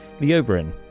Leobrin